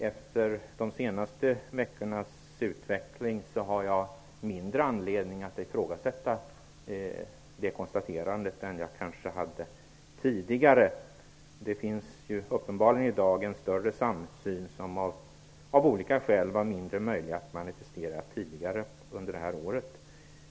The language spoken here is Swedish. Efter de senaste veckornas utveckling har jag mindre anledning att ifrågasätta det konstaterandet än vad jag kanske hade tidigare. Det finns ju uppenbarligen i dag en större samsyn som av olika skäl var mindre möjlig att manifestera tidigare under året.